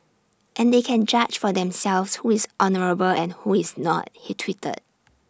and they can judge for themselves who is honourable and who is not he tweeted